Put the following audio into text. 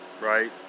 Right